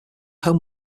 home